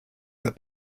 that